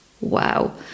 Wow